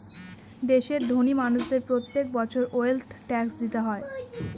দেশের ধোনি মানুষদের প্রত্যেক বছর ওয়েলথ ট্যাক্স দিতে হয়